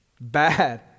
Bad